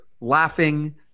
laughing